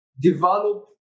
develop